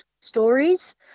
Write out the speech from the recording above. stories